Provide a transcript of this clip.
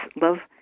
love